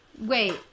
Wait